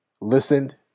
listened